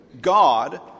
God